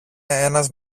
ένας